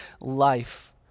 life